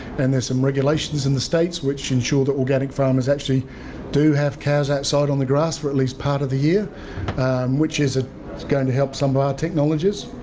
and there's some regulations in the states which ensure that organic farmers actually do have cows outside on the grass for at least part of the year which is ah going to help some of our technologies.